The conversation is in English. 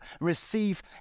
receive